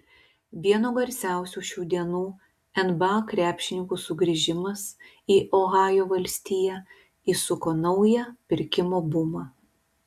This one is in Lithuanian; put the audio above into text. vieno garsiausių šių dienų nba krepšininkų sugrįžimas į ohajo valstiją įsuko naują pirkimo bumą